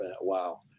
wow